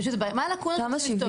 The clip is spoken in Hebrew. מה הלקונות שזה יפתור?